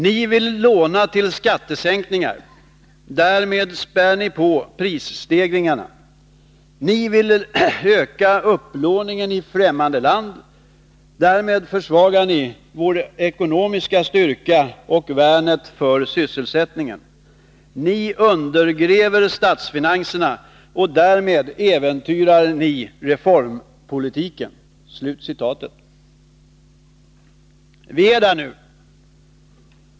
”Ni vill låna till skattesänkningar; därmed spär ni på prisstegringarna. Ni vill öka upplåningen i ffämmande land; därmed försvagar ni vår ekonomiska styrka och värnet för sysselsättningen. Ni undergräver statsfinanserna; därmed äventyrar ni reformpolitiken.” Vi är där nu.